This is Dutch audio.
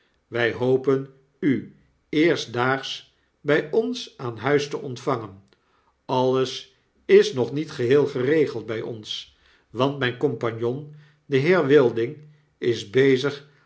wij hopen u eerstdaags bij ons aan huis te ontvangen alles is nog niet geheel geregeld bij ons want mijn compagnon de heer wilding is bezigmethet